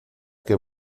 que